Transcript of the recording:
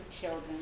children